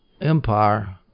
empire